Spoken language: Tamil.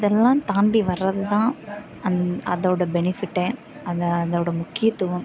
அதெல்லாம் தாண்டி வர்றது தான் அதோடய பெனிஃபிட்டே அது அதோடய முக்கியத்துவம்